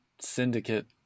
syndicate